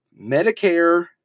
Medicare